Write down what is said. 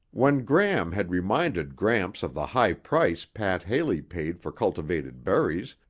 when gram had reminded gramps of the high price pat haley paid for cultivated berries,